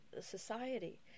society